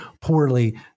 poorly